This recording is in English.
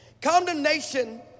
condemnation